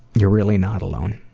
you're really not alone.